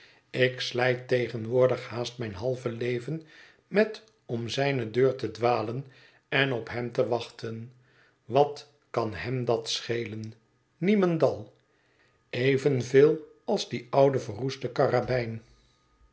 ik slijt tegenwoordig haast mijn halve leven met om zijne deur te dwalen en op hem te wachten wat kan hem dat schelen niemendal evenveel als die oude verroeste